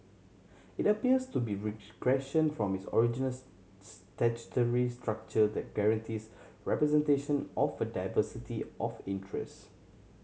it appears to be regression from its originals statutory structure that guarantees representation of a diversity of interest